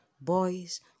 Boys